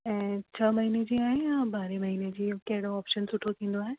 ऐं छह महीने जी आहे या ॿारहं महीने जी कहिड़ो ऑप्शन सुठो थींदो आहे